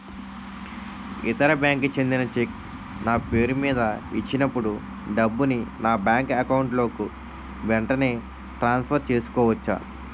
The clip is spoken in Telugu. ఇతర బ్యాంక్ కి చెందిన చెక్ నా పేరుమీద ఇచ్చినప్పుడు డబ్బుని నా బ్యాంక్ అకౌంట్ లోక్ వెంటనే ట్రాన్సఫర్ చేసుకోవచ్చా?